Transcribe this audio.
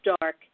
dark